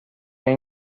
این